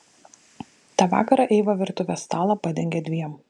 tą vakarą eiva virtuvės stalą padengė dviem